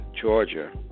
Georgia